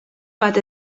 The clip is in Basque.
bat